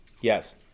Yes